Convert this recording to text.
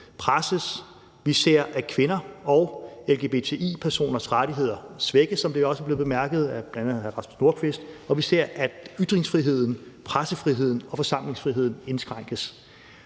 presses, vi ser, at kvinder og lgbti-personers rettigheder svækkes, som det også blev bemærket, bl.a. af hr. Rasmus Nordqvist, og vi ser, at ytringsfriheden, pressefriheden og forsamlingsfriheden indskrænkes.